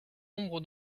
nombre